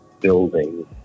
building